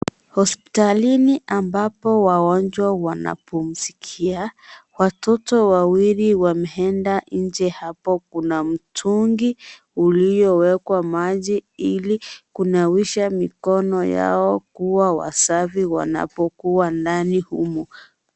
Hosipitalini, ambapo wagonjwa wanapumzikia. Watoto wawili wameenda, nje hapo kuna mtungi, uliowekwa maji, ili kunawisha mikono yao kuwa wasafi, wanapokuwa ndani humo.